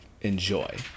enjoy